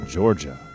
Georgia